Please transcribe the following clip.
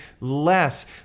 less